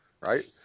right